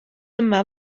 yma